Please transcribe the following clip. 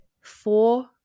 four